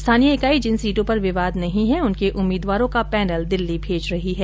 स्थानीय इकाई जिन सीटों पर विवाद नहीं है उनके उम्मीदवारों का पैनल दिल्ली भेज रही है